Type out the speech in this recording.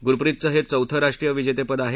गुरप्रितचं हे चौथं राष्ट्रीय विजेतेपद आहे